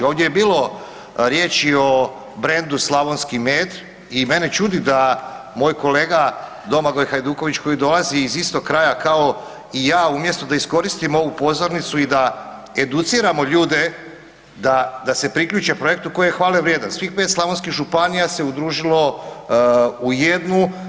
Ovdje je bilo riječ i o brendu „slavonski med“ i mene čudi da moj kolega Domagoj Hajduković koji dolazi iz istog kraja kao i ja umjesto da iskoristimo ovu pozornicu i da educiramo ljude da, da se priključe projektu koji je hvale vrijedan, svih 5 slavonskih županija se udružilo u jednu.